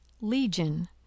Legion